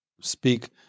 speak